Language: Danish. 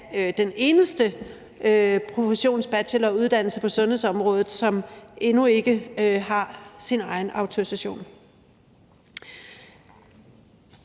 den eneste professionsbacheloruddannelse på sundhedsområdet, som endnu ikke har sin egen autorisation.